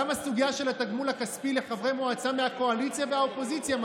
גם הסוגיה של התגמול הכספי לחברי מועצה מהקואליציה והאופוזיציה,